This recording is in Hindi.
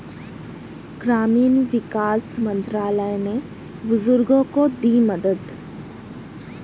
ग्रामीण विकास मंत्रालय ने बुजुर्गों को दी मदद